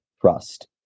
trust